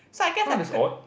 so I guess I could